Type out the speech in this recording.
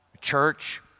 church